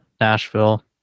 Nashville